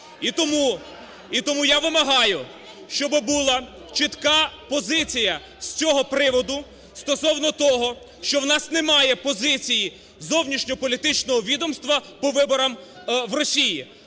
І тому я вимагаю, щоб була чітка позиція з цього приводу стосовно того, що у нас немає позиції зовнішньополітичного відомства по виборам в Росії.